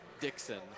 Dixon